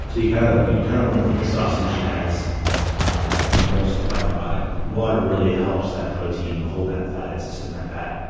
so you kind of kind of want to think of sausage as um an emulsified product. water really helps that protein hold that fat and suspend that fat.